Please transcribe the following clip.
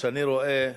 שאני רואה,